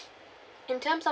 in terms of